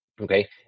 okay